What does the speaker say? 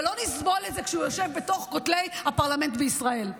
לא נסבול את זה כשהוא יושב בין כותלי הפרלמנט בישראל.